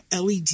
LED